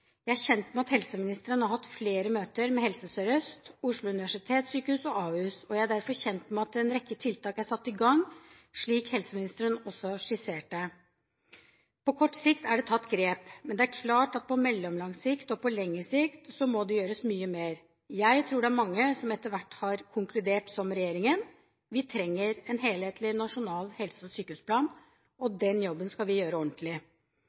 Jeg er kjent med at helseministeren har hatt flere møter med Helse Sør-Øst, Oslo universitetssykehus og Ahus. Jeg er derfor kjent med at en rekke tiltak er satt i gang, slik helseministeren også skisserte. På kort sikt er det tatt grep, men det er klart at på mellomlang sikt og på lengre sikt må det gjøres mye mer. Jeg tror det er mange som etter hvert har konkludert som regjeringen: Vi trenger en helhetlig nasjonal helse- og sykehusplan, og den jobben skal vi gjøre ordentlig.